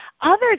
Others